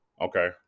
Okay